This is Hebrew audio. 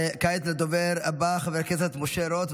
וכעת לדובר הבא, חבר הכנסת משה רוט.